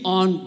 on